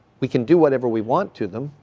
we can do whatever we want to them.